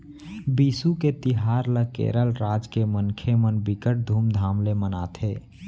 बिसु के तिहार ल केरल राज के मनखे मन बिकट धुमधाम ले मनाथे